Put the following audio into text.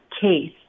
case